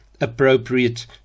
appropriate